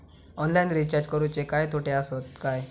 Online recharge करुचे काय तोटे आसत काय?